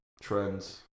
Trends